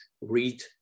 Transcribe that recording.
read